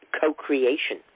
co-creation